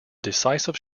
decisive